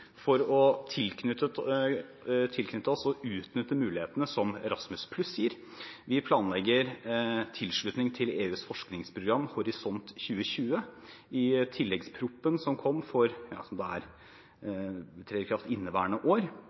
for å tilknytte oss og utnytte mulighetene som Erasmus+ gir. Vi planlegger tilslutning til EUs forskningsprogram Horisont 2020. tilleggsproposisjonen som trer i kraft i inneværende år, blir også STIM-EU-midlene, altså stimuleringstiltakene for å få norske forskere til å delta i